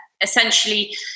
essentially